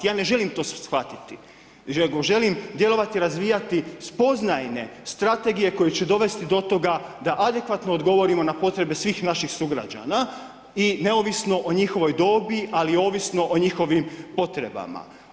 Ja ne želim to shvatiti, nego želim djelovati, razvijati, spoznajne strategije, koji će dovesti do toga, da adekvatno odgovorimo na potrebe svih naših sugrađana i neovisno o njihovoj dobi, ali ovisno o njihovim potrebama.